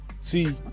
See